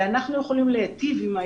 ואנחנו התקשרנו ואמרנו שמגיעה לשם רק